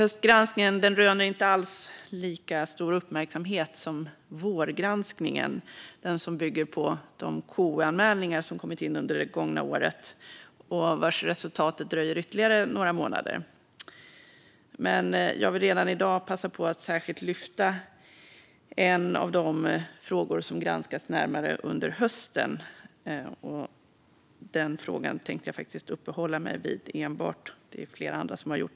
Höstgranskningen röner inte alls lika stor uppmärksamhet som vårgranskningen, som bygger på de KU-anmälningar som kommit in under det gångna året och vars resultat dröjer ytterligare några månader. Jag vill redan i dag passa på att lyfta fram en särskild fråga som är en av dem som granskats närmare under hösten. Jag tänker faktiskt enbart uppehålla mig vid den frågan, och det har flera andra också gjort.